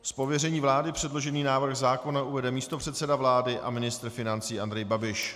Z pověření vlády předložený návrh zákona uvede místopředseda vlády a ministr financí Andrej Babiš.